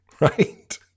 Right